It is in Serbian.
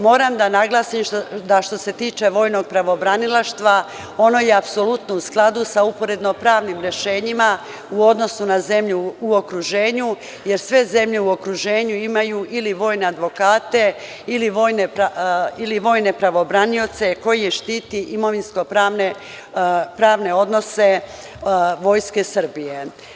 Moram da naglasim da što se tiče vojnog pravobranilaštva ono je apsolutno u skladu sa uporedno pravnim rešenjima u odnosu na zemlju u okruženju, jer sve zemlje u okruženju imaju ili vojne advokate, ili vojne pravo branioce koji štite imovinsko pravne odnose Vojske Srbije.